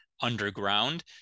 underground